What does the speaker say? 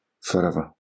forever